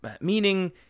Meaning